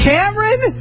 Cameron